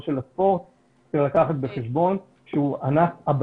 צריך לקחת בחשבון שענף בריכות השחייה הוא